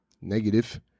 negative